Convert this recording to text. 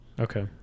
Okay